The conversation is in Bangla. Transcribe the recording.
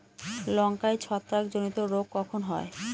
লঙ্কায় ছত্রাক জনিত রোগ কখন হয়?